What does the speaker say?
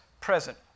present